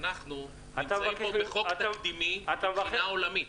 אנחנו נמצאים פה בחוק תקדימי מבחינה עולמית,